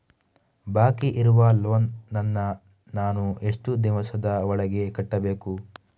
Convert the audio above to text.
ಬಾಕಿ ಇರುವ ಲೋನ್ ನನ್ನ ನಾನು ಎಷ್ಟು ದಿವಸದ ಒಳಗೆ ಕಟ್ಟಬೇಕು?